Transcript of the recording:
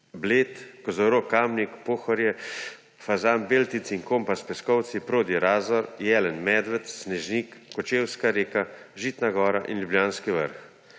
Bled, Kozorog Kamnik, Pohorje, Fazan Beltinci in Kompas Peskovci, Prodi- Razor, Jelen, Medved, Snežnik Kočevska Reka, Žitna gora in Ljubljanski vrh.